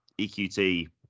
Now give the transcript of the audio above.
EQT